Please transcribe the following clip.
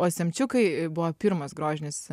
o semčiukai buvo pirmas grožinis